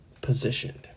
positioned